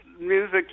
Music